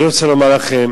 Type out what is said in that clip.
אני רוצה לומר לכם